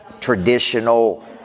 traditional